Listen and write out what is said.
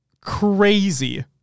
crazy